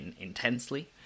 intensely